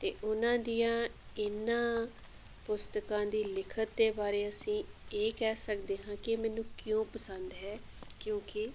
ਅਤੇ ਉਹਨਾਂ ਦੀਆਂ ਇਹਨਾਂ ਪੁਸਤਕਾਂ ਦੀ ਲਿਖਤ ਦੇ ਬਾਰੇ ਅਸੀਂ ਇਹ ਕਹਿ ਸਕਦੇ ਹਾਂ ਕਿ ਮੈਨੂੰ ਕਿਉਂ ਪਸੰਦ ਹੈ ਕਿਉਂਕਿ